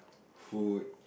food